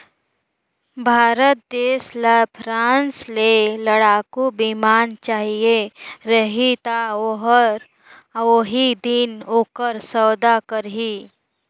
भारत देस ल फ्रांस ले लड़ाकू बिमान चाहिए रही ता ओहर ओही दिन ओकर सउदा करही